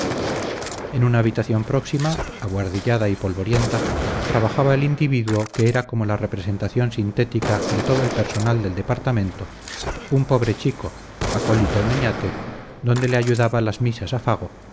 en una habitación próxima abuhardillada y polvorienta trabajaba el individuo que era como la representación sintética de todo el personal del departamento un pobre chico acólito en oñate donde le ayudaba las misas a fago